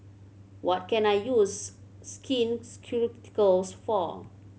what can I use Skin Ceuticals for